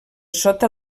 sota